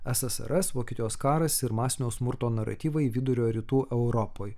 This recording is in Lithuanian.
ssrs vokietijos karas ir masinio smurto naratyvai vidurio rytų europoj